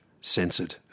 Censored